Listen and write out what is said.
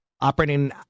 Operating